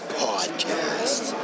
podcast